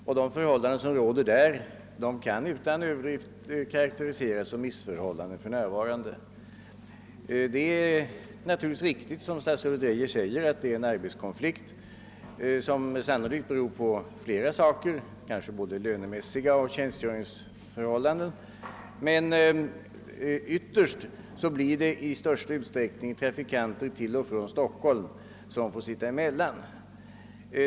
Den ordning som råder på den flygplatsen kan för närvarande utan överdrift sägas visa upp rena missförhållanden. Det är naturligtvis riktigt som statsrådet Geijer sade att man har en arbetskonflikt på Kastrup, vilken sannolikt beror på flera saker, kanske både lönemässiga och sådana som sammanhänger med tjänstgöringsförhållandena, men ytterst blir det i största utsträckning trafikanter till och från Stockholm som får sitta emeHan.